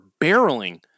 barreling